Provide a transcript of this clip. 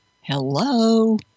Hello